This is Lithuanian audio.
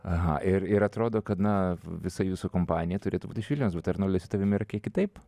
aha ir ir atrodo kad na visa jūsų kompanija turėtų būt iš vilniaus bet arnoldai su tavimi kiek kitaip